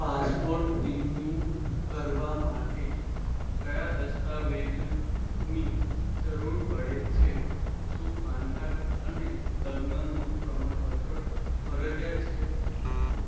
passport renew કરવા માટે કયા દસ્તાવેજની જરૂર પડે છે શું પાન કાર્ડ અને લગ્નનું પ્રમાણપત્ર ફરજિયાત છે